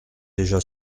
déjà